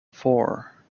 four